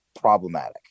problematic